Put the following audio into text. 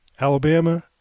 Alabama